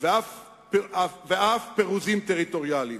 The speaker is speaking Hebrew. ואף פירוזים טריטוריאליים.